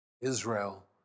Israel